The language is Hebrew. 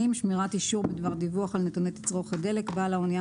80.שמירת אישור בדבר דיווח על נתוני תצרוכת דלק בעל אנייה